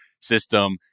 system